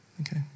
okay